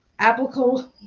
applicable